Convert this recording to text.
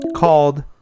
called